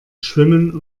schwimmen